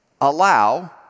Allow